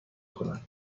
کند